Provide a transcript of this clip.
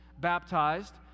baptized